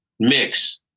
Mix